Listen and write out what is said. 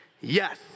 Yes